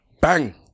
Bang